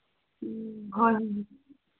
ꯎꯝ ꯍꯣꯏ ꯍꯣꯏ